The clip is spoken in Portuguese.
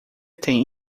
tem